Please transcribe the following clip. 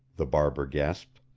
the barber gasped.